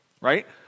right